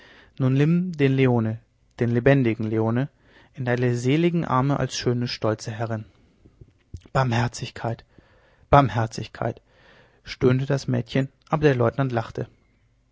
nun nimm den leone den lebendigen leone in deine seligen arme als schöne stolze herrin barmherzigkeit barmherzigkeit stöhnte das mädchen aber der leutnant lachte